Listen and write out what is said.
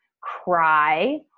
cry